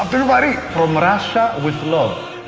from russia with love.